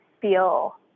feel